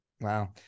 Wow